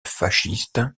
fasciste